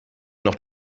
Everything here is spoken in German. noch